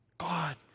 God